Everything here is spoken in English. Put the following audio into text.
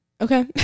Okay